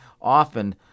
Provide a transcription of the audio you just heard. often